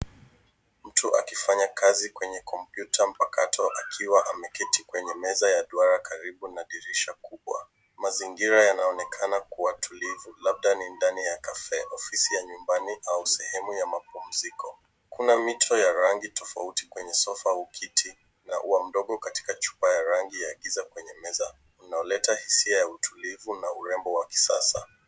Mtu akifanya kazi kwenye kompyuta mpakato akiwa ameketi kwenye meza ya duara karibu na dirisha kubwa. Mazingira yanaonekana kuwa tulivu, labda ni ndani ya cafe , ofisi ya nyumbani au sehemu ya mapumziko. Kuna mito ya rangi tofauti kwenye sofa au kiti na ua mdogo katika chupa ya rangi ya giza kwenye meza unaoleta hisia ya utulivu na urembo wa kisasa.